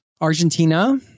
Argentina